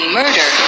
murder